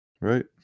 Right